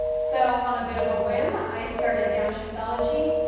so on a bit of a whim, i started downshiftology,